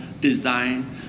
design